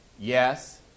yes